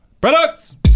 products